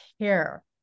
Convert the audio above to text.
care